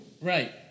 Right